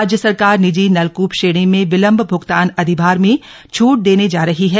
राज्य सरकार निजी नलक्प श्रेणी में विलम्ब भ्गतान अधिभार में छूट देने जा रही है